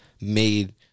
made